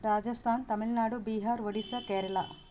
Rajasthan Tamil Nadu Bihar Odisha Kerala